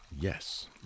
Yes